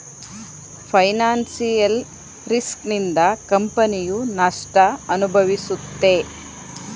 financial risk ನಿಂದ ಕಂಪನಿಯು ನಷ್ಟ ಅನುಭವಿಸುತ್ತೆ